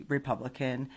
Republican